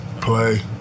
play